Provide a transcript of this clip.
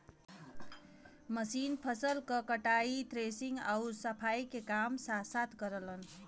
machine फसल क कटाई, थ्रेशिंग आउर सफाई के काम साथ साथ करलन